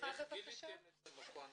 שרכשנו את הדירה וחתמנו על חוזה